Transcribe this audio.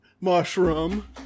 mushroom